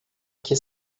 que